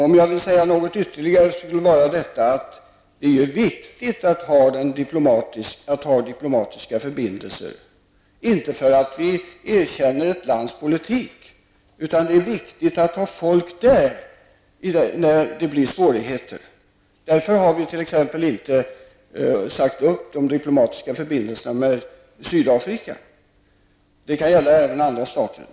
Om jag skulle säga något ytterligare skulle det vara att det är viktigt att ha diplomatiska förbindelser, inte för att vi erkänner ett lands politik utan för att det är viktigt att ha folk där när det uppstår svårigheter. Därför har vi t.ex. inte avbrutit de diplomatiska förbindelserna med Sydafrika -- det kan gälla även andra stater.